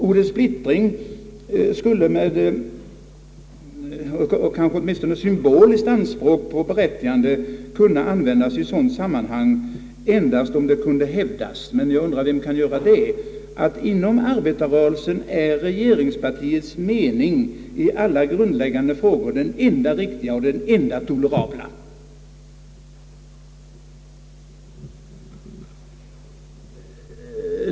Ordet splittring skulle med ett åtminstone symboliskt anspråk på berättigande kunna användas i sådant sammanhang endast om det kunde hävdas — men jag undrar vem som kan göra det — att inom arbetarrörelsen är regeringspartiets mening i alla grundläggande frågor den enda riktiga och den enda tolerabla.